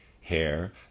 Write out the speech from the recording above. hair